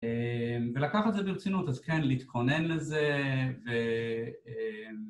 ולקחת את זה ברצינות, אז כן, להתכונן לזה ב...